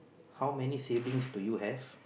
how many siblings do you have